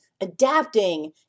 adapting